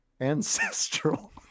ancestral